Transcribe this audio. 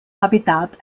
habitat